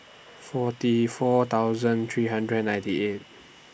forty four thousand three hundred and ninety eight